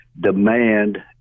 demand